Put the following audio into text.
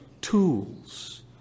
tools